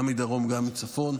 גם מדרום וגם מצפון.